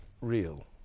real